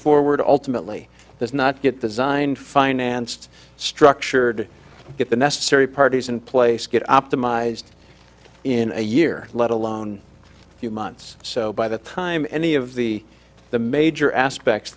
forward ultimately does not get designed financed structured get the necessary parties in place get optimized in a year let alone a few months so by the time any of the the major aspects